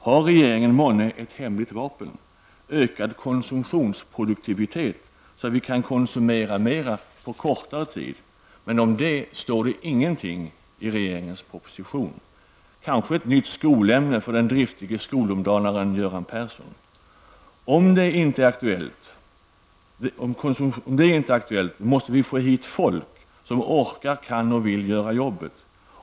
Har regeringen månne ett hemligt vapen, ökad konsumtionsproduktivitet, så att vi kan konsumera mera på kortare tid? Om det står det ingenting i propositionen. Det blir kanske ett nytt skolämne för den driftige skolomdanaren Göran Persson. Om det inte är aktuellt måste vi få hit folk som orkar, kan och vill göra jobbet!